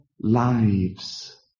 lives